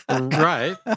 Right